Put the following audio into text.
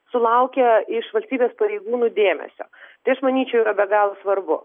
sulaukia iš valstybės pareigūnų dėmesio tai aš manyčiau yra be galo svarbu